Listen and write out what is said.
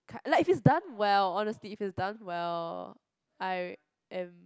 k~ like if it's done well honestly if it's done well I am